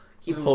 Keep